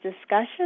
discussion